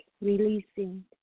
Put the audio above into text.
releasing